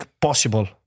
possible